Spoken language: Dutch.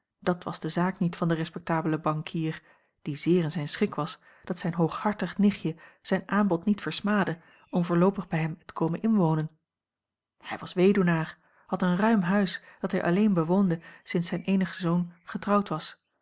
dat was de zaak niet van den respectabelen bankier die zeer in zijn schik was dat zijn hooghartig nichtje zijn aanbod niet versmaadde om voorloopig bij hem te komen inwonen hij was weduwnaar had een ruim huis dat hij alleen bewoonde sinds zijn eenige zoon getrouwd was